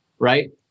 Right